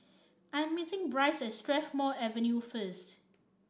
I'm meeting Brice at Strathmore Avenue first